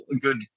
good